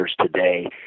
today